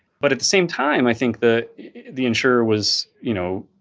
but at the same time, i think the the insurer was, you know,